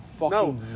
no